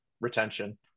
retention